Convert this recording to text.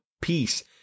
peace